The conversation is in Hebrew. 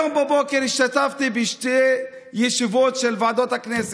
היום בבוקר השתתפתי בשתי ישיבות של ועדות הכנסת,